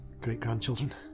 great-grandchildren